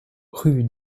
rue